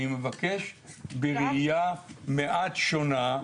אני מבקש בראייה מעט שונה,